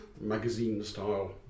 magazine-style